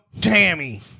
Tammy